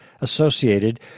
associated